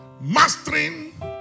mastering